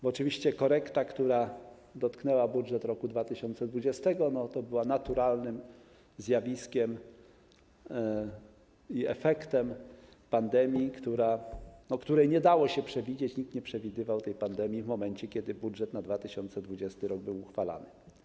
Bo oczywiście korekta, która dotknęła budżet roku 2020, była naturalnym zjawiskiem i efektem pandemii, której nie dało się przewidzieć, nikt nie przewidywał tej pandemii w momencie, kiedy budżet na 2020 r. był uchwalany.